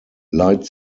light